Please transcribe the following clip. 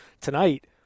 tonight